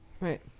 right